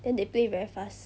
then they play very fast